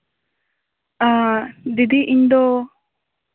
ᱫᱤᱫᱤ ᱤᱧ ᱫᱚ